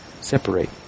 separate